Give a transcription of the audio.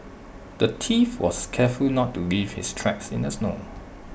the thief was careful to not leave his tracks in the snow